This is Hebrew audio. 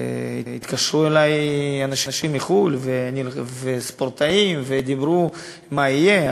התקשרו אלי אנשים מחו"ל וספורטאים ודיברו מה יהיה,